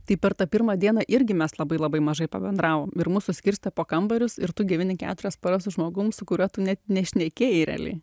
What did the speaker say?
tai per tą pirmą dieną irgi mes labai labai mažai pabendravom ir mus suskirstė po kambarius ir tu gyveni keturias paras su žmogum su kuriuo tu net nešnekėjai realiai